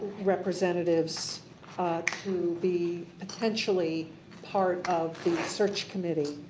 representatives to be potentially part of the search committee,